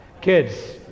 Kids